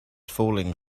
falling